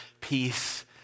peace